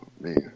man